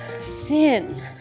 Sin